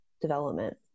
development